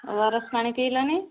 ପାଣିି ପିଇଲଣିି